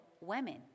women